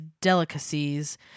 delicacies